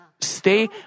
stay